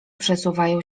przesuwają